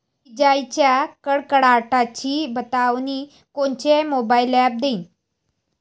इजाइच्या कडकडाटाची बतावनी कोनचे मोबाईल ॲप देईन?